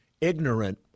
Ignorant